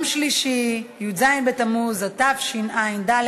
13 בעד, אין מתנגדים.